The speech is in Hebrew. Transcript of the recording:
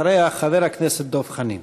אחריה, חבר הכנסת דב חנין.